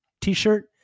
t-shirt